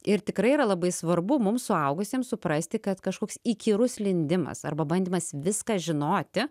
ir tikrai yra labai svarbu mums suaugusiems suprasti kad kažkoks įkyrus lindimas arba bandymas viską žinoti